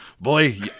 Boy